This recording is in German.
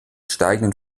steigenden